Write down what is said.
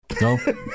No